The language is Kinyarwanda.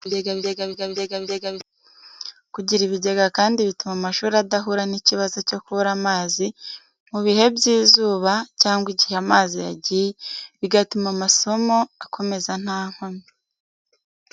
Mu bigo by'amashuri, ibigega bifasha mu kubona amazi yo kunywa, ayo gukoresha mu isuku, ndetse n'ayo gukaraba intoki mu buryo bwihuse bityo bigafasha mu kwirinda indwara zandurira mu mwanda. Kugira ibigega kandi bituma amashuri adahura n'ikibazo cyo kubura amazi mu bihe by'izuba cyangwa igihe amazi yagiye, bigatuma amasomo akomeza nta nkomyi.